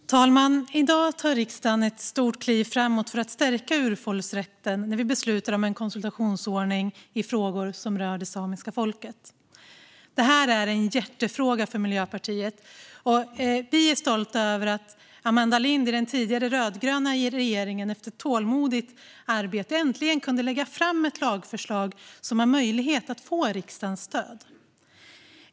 Fru talman! I dag tar riksdagen ett stort kliv framåt för att stärka urfolksrätten när vi beslutar om en konsultationsordning i frågor som rör det samiska folket. Detta är en hjärtefråga för Miljöpartiet. Och vi är stolta över att Amanda Lind i den tidigare rödgröna regeringen efter ett tålmodigt arbete äntligen kunde lägga fram ett lagförslag som har möjlighet att få riksdagens stöd.